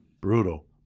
brutal